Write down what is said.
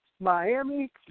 Miami